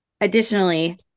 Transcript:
additionally